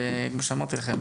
וכמו שאמרתי לכם,